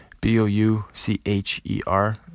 B-O-U-C-H-E-R